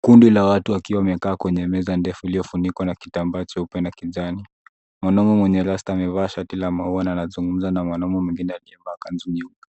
Kundi la watu wakiwa wamekaa kwenye meza ndefu iliyofunikwa na kitambaa cheupe na kijani, mwanaume mwenye rasta amevaa shati la maua na anazungumza na mwanaume mwingine akivaa kanzu nyeupe,